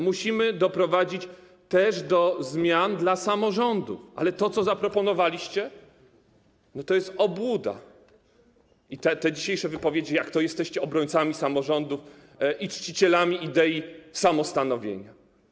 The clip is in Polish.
Musimy doprowadzić też do zmian w przypadku samorządów, ale to, co zaproponowaliście, to jest obłuda, te dzisiejsze wypowiedzi, jak to jesteście obrońcami samorządów i czcicielami idei samostanowienia.